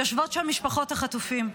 יושבות שם משפחות החטופים.